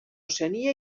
oceania